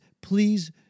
please